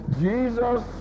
Jesus